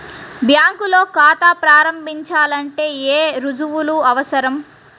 బ్యాంకులో ఖాతా ప్రారంభించాలంటే ఏ రుజువులు అవసరం?